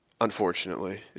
Unfortunately